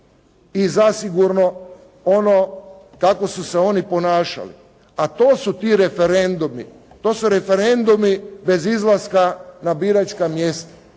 I zasigurno ono kako su se oni ponašali a to su ti referendumi, to su referendumi bez izlaska na biračka mjesta